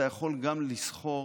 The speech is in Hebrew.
אתה יכול גם לסכור